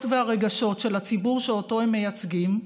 והרגשות של הציבור שאותו הם מייצגים,